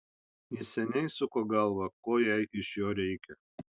jis seniai suko galvą ko jai iš jo reikia